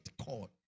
call